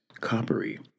coppery